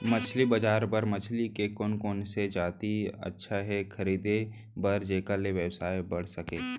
मछली बजार बर मछली के कोन कोन से जाति अच्छा हे खरीदे बर जेकर से व्यवसाय बढ़ सके?